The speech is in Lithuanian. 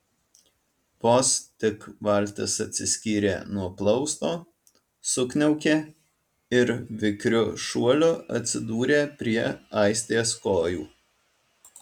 vos tik valtis atsiskyrė nuo plausto sukniaukė ir vikriu šuoliu atsidūrė prie aistės kojų